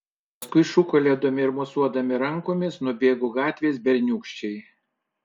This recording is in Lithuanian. paskui šūkalodami ir mosuodami rankomis nubėgo gatvės berniūkščiai